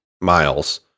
Miles